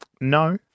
No